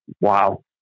wow